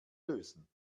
lösen